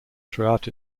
throughout